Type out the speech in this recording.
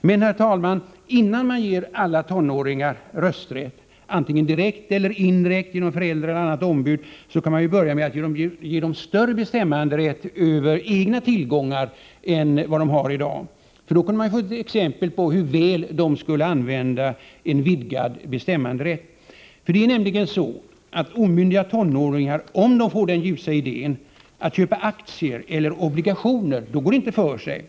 Men, herr talman, innan man ger alla minderåriga rösträtt — antingen direkt eller indirekt genom ombud — kan man börja med att ge dem större bestämmanderätt över egna tillgångar än de har i dag. Då skulle man kunna få se exempel på hur väl de skulle använda en vidgad bestämmanderätt. Det är nämligen så att omyndiga tonåringar, om de får den ljusa idén att köpa aktier eller obligationer, inte kan göra det.